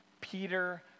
Peter